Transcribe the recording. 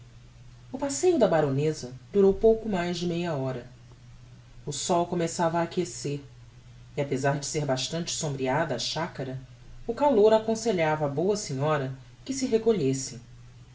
o passeio da baroneza durou pouco mais de meia hora o sol começava a aquecer e apesar de ser bastante sombreada a chacara o calor aconselhava á boa senhora que se recolhesse